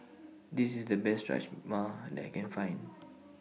This IS The Best Rajma that I Can Find